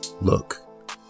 look